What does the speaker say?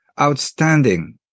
outstanding